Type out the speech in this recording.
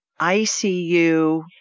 ICU